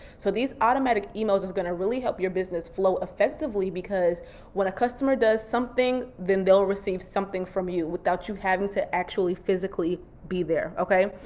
so these automatic emails is gonna really help your business flow effectively because when a customer does something, then they'll receive something from you without you having to actually physically be there, okay?